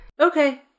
Okay